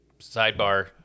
sidebar